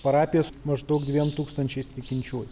parapijos maždaug dviem tūkstančiais tikinčiųjų